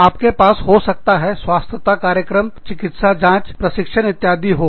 आपके पास हो सकता है स्वास्थ्यता कार्यक्रम चिकित्सा जांच प्रशिक्षण इत्यादि हो